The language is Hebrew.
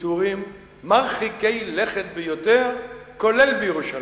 ויתורים מרחיקי לכת ביותר כולל בירושלים,